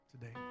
today